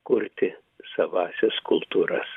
kurti savąsias kultūras